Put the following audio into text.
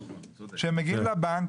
כשהם מגיעים לבנק